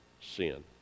sin